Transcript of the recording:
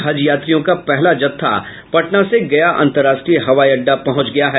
हज यात्रियों का पहला जत्था पटना से गया अंतर्राष्ट्रीय हवाई अड्डा पहुंच गया है